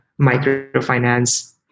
microfinance